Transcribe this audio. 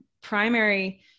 primary